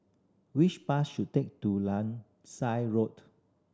which bus should take to Langsat Road